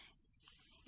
25